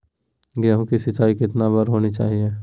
गेहु की सिंचाई कितनी बार होनी चाहिए?